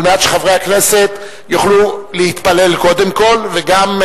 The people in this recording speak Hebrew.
מנת שחברי הכנסת יוכלו להתפלל קודם כול,